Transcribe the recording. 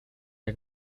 jak